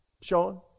Sean